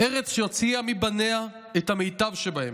ארץ שהוציאה מבניה את המיטב שבהם,